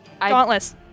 Dauntless